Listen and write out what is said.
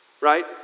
right